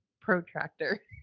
protractor